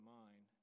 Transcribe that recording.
mind